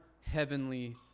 heavenly